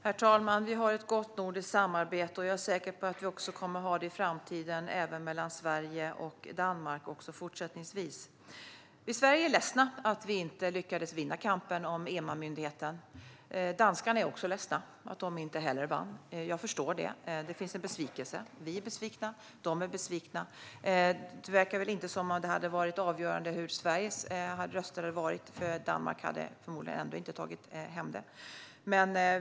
Herr talman! Vi har ett gott nordiskt samarbete, och jag är säker på att vi kommer att fortsätta ha det också i framtiden, även mellan Sverige och Danmark. I Sverige är vi ledsna över att vi inte lyckades vinna kampen om EMA. Danskarna är också ledsna över att de inte vann. Jag förstår att det finns en besvikelse. Vi är besvikna, och de är besvikna. Det verkar som att Sveriges röster inte var avgörande. Danmark hade förmodligen inte tagit hem det ändå.